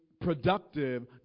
productive